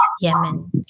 Yemen